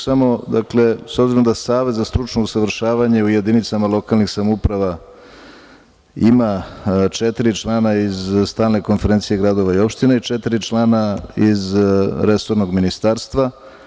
S obzirom da Savet za stručno usavršavanje u jedinicama lokalnih samouprava ima četiri člana iz stalne konferencije gradova i opština i četiri člana iz resornog ministarstva.